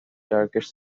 turkish